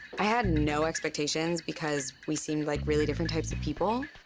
i had no expectations because we seemed like really different types of people.